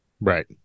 Right